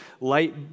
light